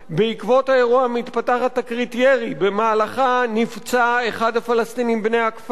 בעקבות האירוע מתפתחת תקרית ירי שבמהלכה נפצע אחד הפלסטינים בני הכפר.